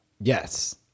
Yes